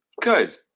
good